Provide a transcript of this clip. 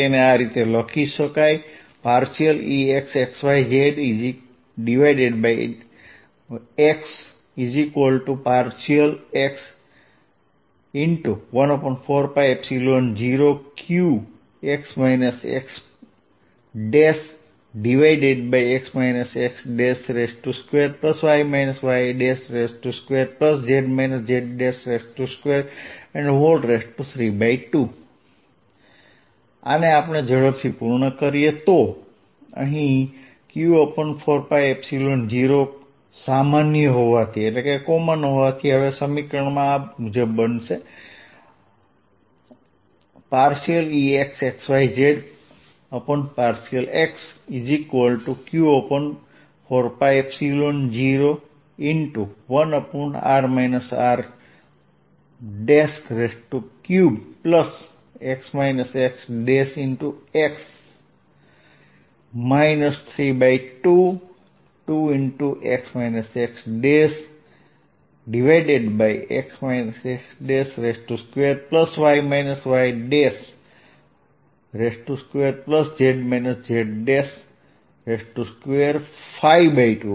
તેને આ રીતે લખી શકાય Ex xyz∂x∂x14π0qx xx x2y y2z z232 આને આપણે ઝડપથી પૂર્ણ કરીએ તો અહીં q4π0 સામાન્ય હોવાથી હવે સમીકરણ આ મુજબ બનશે Exxyz∂xq4π01r r3x xx 32 2 x xx x2y yz z252